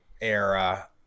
era